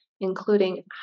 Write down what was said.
including